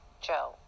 joe